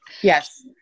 Yes